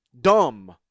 dumb